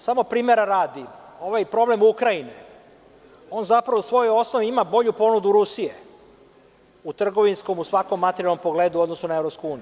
Samo primera radi, ovaj problem Ukrajine, on zapravo u svojoj osnovi ima bolju ponudu Rusije u trgovinskom, u svakom materijalnom pogledu u odnosu na EU.